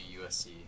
USC